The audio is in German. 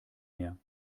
mehr